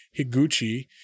Higuchi